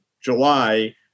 July